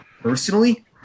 personally